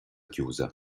chiusa